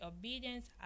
obedience